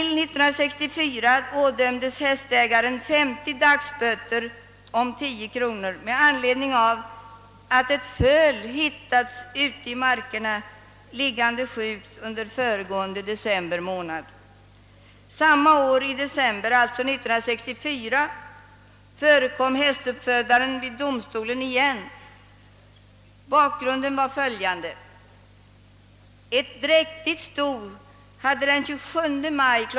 liggande sjukt under december månad föregående år. I december 1964 uppträdde hästuppfödaren åter i domstolen. Bakgrunden var följande. Ett dräktigt sto hade den 27 maj kl.